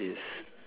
is